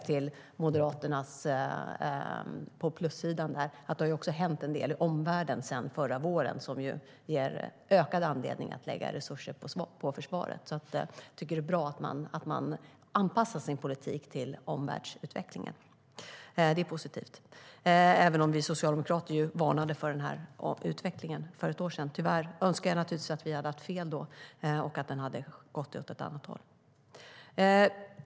Till Moderaternas försvar måste dock sägas att det sedan förra våren hänt en del i vår omvärld som ger ökad anledning att lägga resurser på försvaret. Det är bra att man anpassar sin politik till omvärldsutvecklingen. Det är positivt. Vi socialdemokrater varnade för den utvecklingen redan för ett år sedan. Jag önskar naturligtvis att vi hade haft fel och att utvecklingen hade gått åt ett annat håll.